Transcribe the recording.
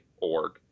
org